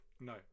No